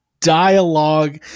dialogue